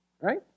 Right